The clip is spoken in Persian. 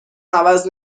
عوض